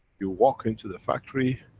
you walk into the factory,